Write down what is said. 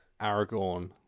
Aragorn